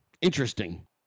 interesting